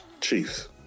Chiefs